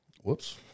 Whoops